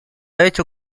hecho